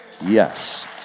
Yes